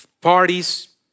parties